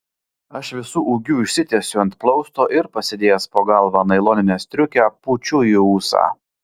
aš visu ūgiu išsitiesiu ant plausto ir pasidėjęs po galva nailoninę striukę pučiu į ūsą